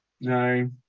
No